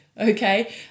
okay